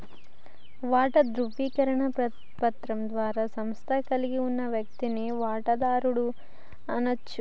వాటా ధృవీకరణ పత్రం ద్వారా సంస్థను కలిగి ఉన్న వ్యక్తిని వాటాదారుడు అనచ్చు